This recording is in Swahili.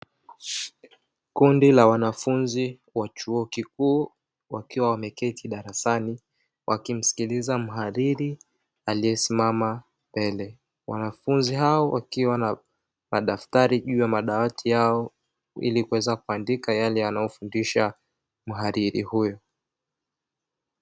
Kundi la wanafunzi wa chuo kikuu wakiwa wameketi darasani wakimsikiliza mhariri aliyesimama mbele. Wanafunzi hao wakiwa na madaftari juu ya madawati yao ili kuweza kuandika yale anayofundisha mhariri huyo.